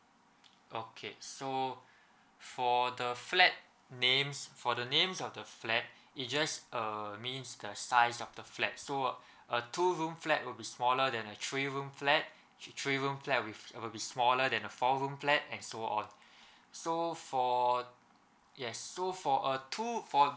okay so for the flat names for the names of the flat it just err means the size of the flat so a two room flat will be smaller than a three room flat three room flat will be smaller than a four room flat and so on so for yes so for a two for